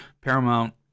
Paramount